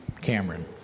Cameron